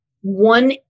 one